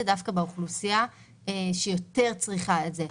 כמה שיותר דווקא באוכלוסייה שיותר צריכה את זה.